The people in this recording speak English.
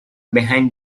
behind